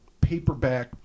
paperback